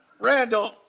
Randall